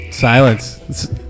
Silence